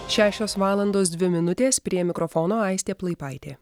šešios valandos dvi minutės prie mikrofono aistė plaipaitė